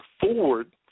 forward